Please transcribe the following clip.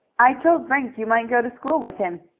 i told frank you might go to school with him.